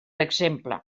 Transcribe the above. exemple